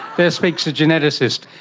there speaks a geneticist.